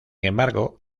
embargo